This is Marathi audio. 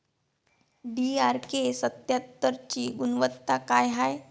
डी.आर.के सत्यात्तरची गुनवत्ता काय हाय?